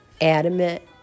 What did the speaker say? adamant